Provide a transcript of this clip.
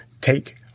take